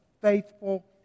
faithful